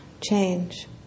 change